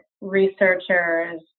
researchers